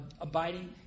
abiding